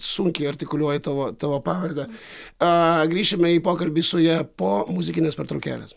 sunkiai artikuliuoju tavo tavo pavardę a grįšime į pokalbį su ja po muzikinės pertraukėlės